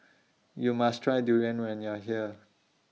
YOU must Try Durian when YOU Are here